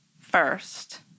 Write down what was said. first